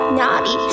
naughty